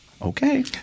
Okay